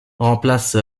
remplace